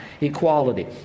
equality